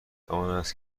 آنست